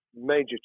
major